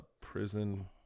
prison